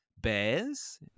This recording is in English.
Bears